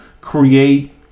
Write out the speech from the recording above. create